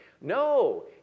No